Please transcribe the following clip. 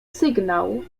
sygnał